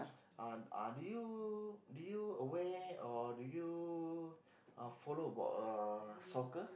uh uh do you do you aware or do you uh follow about uh soccer